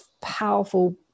powerful